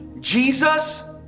Jesus